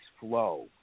flow